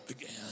again